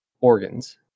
organs